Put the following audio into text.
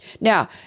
Now